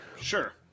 Sure